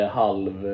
halv